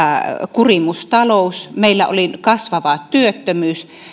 kurimustalous meillä oli kasvava työttömyys